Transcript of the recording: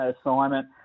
assignment